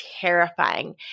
terrifying